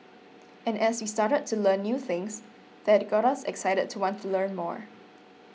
and as we started to learn new things that got us excited to want to learn more